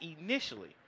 initially